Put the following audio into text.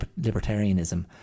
libertarianism